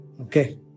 Okay